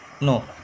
no